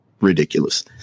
ridiculous